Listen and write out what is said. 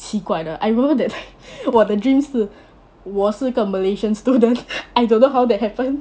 奇怪的 I remember that time 我的 dream 是我是个 malaysian student I don't know how that happen